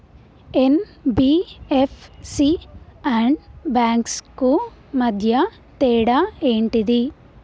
NBFC and banks కు మధ్య తేడా ఏంటిది?